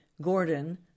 Gordon